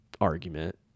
argument